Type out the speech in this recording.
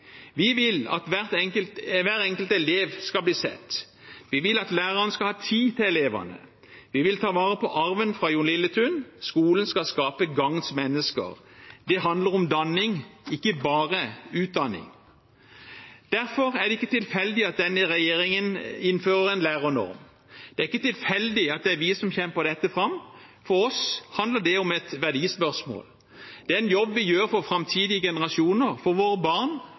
Vi vil at hver enkelt elev skal bli sett. Vi vil at lærerne skal ha tid til elevene. Vi vil ta vare på arven fra Jon Lilletun: Skolen skal skape gagns mennesker. Det handler om danning, ikke bare utdanning. Derfor er det ikke tilfeldig at denne regjeringen innfører en lærernorm. Det er ikke tilfeldig at det er vi som kjemper dette fram. For oss er det et verdispørsmål. Det er en jobb vi gjør for framtidige generasjoner, for våre barn